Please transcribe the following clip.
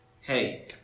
hey